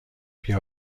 بیا